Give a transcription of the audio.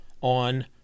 on